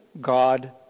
God